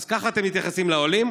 אז ככה אתם מתייחסים לעולים?